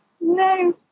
no